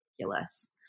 ridiculous